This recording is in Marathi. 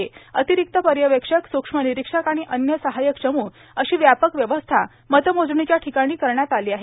र्आतीरक्त पयवेक्षक सूक्ष्म निरोक्षक आणि अन्य सहायक चमू अशी व्यापक व्यवस्था मतमोजणीच्या ाठकाणी करण्यात आलां आहे